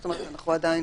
זאת אומרת אנחנו עדיין